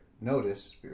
Notice